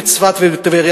בצפת ובטבריה,